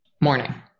Morning